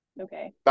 Okay